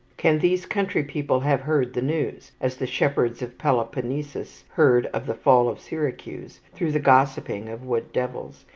can these country people have heard the news, as the shepherds of peloponnesus heard of the fall of syracuse, through the gossiping of wood devils,